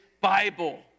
Bible